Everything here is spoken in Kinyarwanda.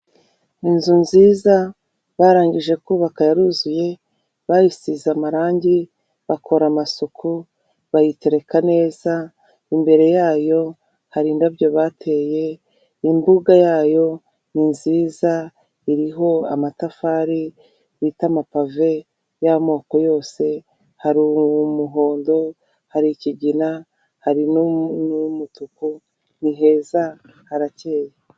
Inzu nziza barangije kubaka yaruzuye bayisize amarangi bakora amasuku bayitereka neza imbere yayo hari indabyo bateye imbuga yayo ni nziza iriho amatafari bita ama pave y'amoko yose hari umuhondo hari ikigina hari n'umutuku ni heza harakeye.